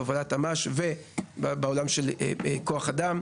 בהובלת אמ״ש ובעולם של כוח אדם.